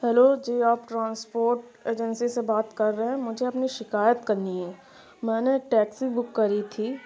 hello جی آپ transport agency سے بات کر رہے ہیں مجھے اپنی شکایت کرنی ہے میں نے ٹیکسی بک کری تھی